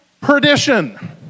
perdition